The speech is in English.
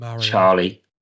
Charlie